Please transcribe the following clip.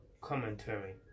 commentary